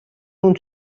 اون